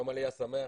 יום עלייה שמח.